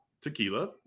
tequila